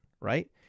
right